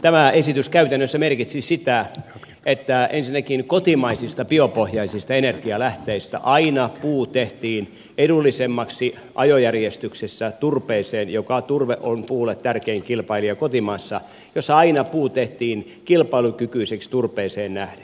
tämä esitys käytännössä merkitsi sitä että ensinnäkin kotimaisista biopohjaisista energialähteistä aina puu tehtiin edullisemmaksi ajojärjestyksessä turpeeseen nähden joka on puulle tärkein kilpailija kotimaassa aina puu tehtiin kilpailukykyiseksi turpeeseen nähden